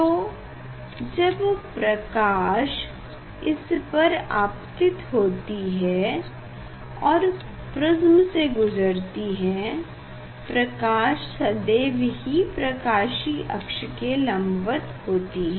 तो जब प्रकाश इस पर आपतित होती है और प्रिस्म से गुजरती है प्रकाश सदैव ही प्रकाशीय अक्ष के लम्बवत होती है